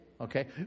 Okay